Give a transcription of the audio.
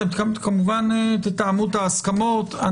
כמובן תתאמו את ההסכמות.